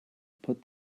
put